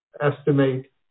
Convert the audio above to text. estimate